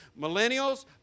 Millennials